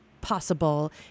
possible